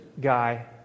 guy